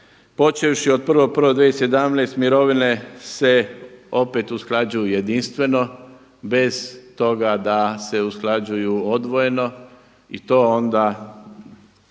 Počevši od 1.1.2017. mirovine se opet usklađuju jedinstveno bez toga da se usklađuju odvojeno i to onda